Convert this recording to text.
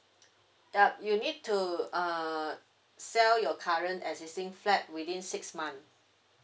yup you need to uh sell your current existing flat within six month